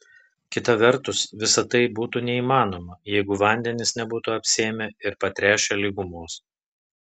kita vertus visa tai būtų neįmanoma jeigu vandenys nebūtų apsėmę ir patręšę lygumos